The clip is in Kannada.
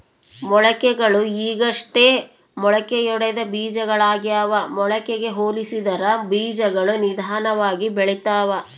ಮೊಳಕೆಗಳು ಈಗಷ್ಟೇ ಮೊಳಕೆಯೊಡೆದ ಬೀಜಗಳಾಗ್ಯಾವ ಮೊಳಕೆಗೆ ಹೋಲಿಸಿದರ ಬೀಜಗಳು ನಿಧಾನವಾಗಿ ಬೆಳಿತವ